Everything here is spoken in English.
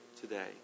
today